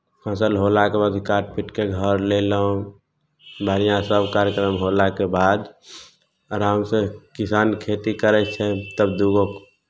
फसल होलाके बाद काटि पिटि कऽ घर लयलहुँ बढ़िआँ सभ कार्यक्रम होलाके बाद आरामसँ किसान खेती करै छै तब दू गो